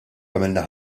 għamilna